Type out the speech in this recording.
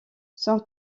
son